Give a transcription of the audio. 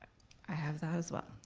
i have that as well.